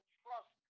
trust